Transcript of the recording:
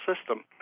system